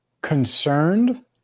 concerned